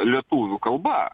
lietuvių kalba